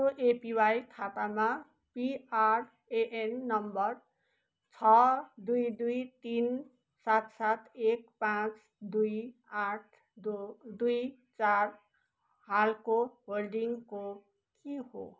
मेरो एपिवाई खातामा PRAN number छ दुई दुई तिन सात सात एक पाँच दुई आठ दो दुई चार हालको होल्डिङको के हो